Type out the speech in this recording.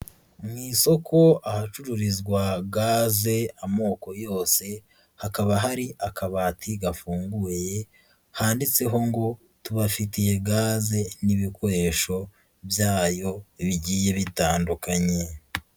Mu isoko ahacururizwa gaze amoko yose, hakaba hari akabati gafunguye handitseho ngo tubafitiye gaze n'ibikoresho byayo bigiye bitandukanye.